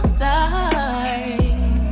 side